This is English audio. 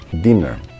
dinner